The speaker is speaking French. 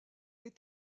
est